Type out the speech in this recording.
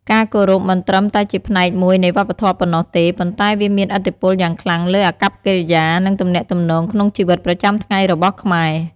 ការគោរពមិនត្រឹមតែជាផ្នែកមួយនៃវប្បធម៌ប៉ុណ្ណោះទេ ប៉ុន្តែវាមានឥទ្ធិពលយ៉ាងខ្លាំងលើអាកប្បកិរិយា និងទំនាក់ទំនងក្នុងជីវិតប្រចាំថ្ងៃរបស់ខ្មែរ។